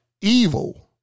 evil